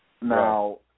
Now